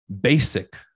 basic